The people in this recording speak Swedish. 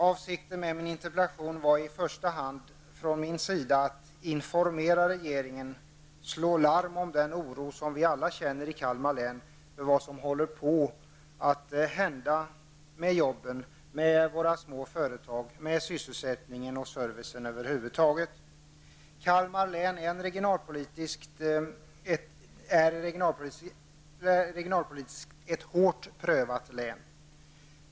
Avsikten med min interpellation var i första hand att från min sida informera regeringen och slå larm om den oro som vi alla i Kalmar län känner för var som håller på att hända med jobben, med våra små företag och med sysselsättning och service över huvud taget. Kalmar län är ett regionalpolitiskt hårt prövat län.